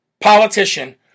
politician